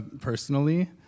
personally